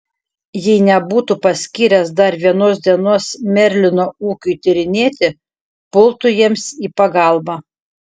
jei nebūtų paskyręs dar vienos dienos merlino ūkiui tyrinėti pultų jiems į pagalbą